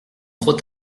trop